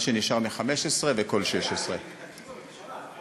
מה שנשאר מ-2015 וכל 2016. זה תקציב של הממשלה,